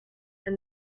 and